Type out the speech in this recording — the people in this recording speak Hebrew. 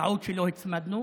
טעות שלא הצמדנו.